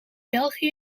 belgië